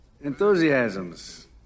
Enthusiasms